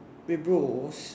wait bro was